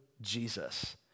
Jesus